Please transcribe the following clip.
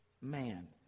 man